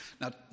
Now